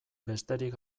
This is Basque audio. besterik